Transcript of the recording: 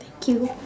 thank you